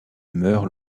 meurt